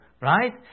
right